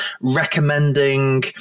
recommending